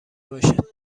باشد